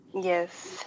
yes